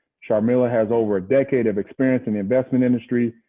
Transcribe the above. sharmila has over a decade of experience in the investment industry,